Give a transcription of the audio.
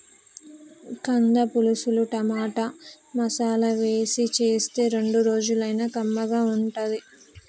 కంద పులుసుల టమాటా, మసాలా వేసి చేస్తే రెండు రోజులైనా కమ్మగా ఉంటది